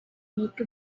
make